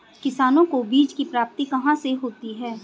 किसानों को बीज की प्राप्ति कहाँ से होती है?